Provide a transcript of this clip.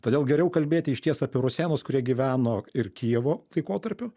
todėl geriau kalbėti išties apie rusėnus kurie gyveno ir kijevo laikotarpiu